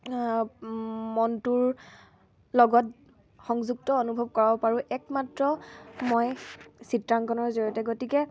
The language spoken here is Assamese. মনটোৰ লগত সংযুক্ত অনুভৱ কৰাব পাৰোঁ একমাত্ৰ মই চিত্ৰাংকণৰ জৰিয়তে গতিকে